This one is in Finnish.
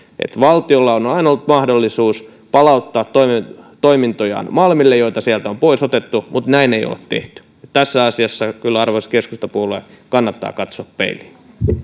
valtiolla on on aina ollut mahdollisuus palauttaa malmille toimintojaan joita sieltä on pois otettu mutta näin ei olla tehty tässä asiassa arvoisa keskustapuolue kannattaa kyllä katsoa peiliin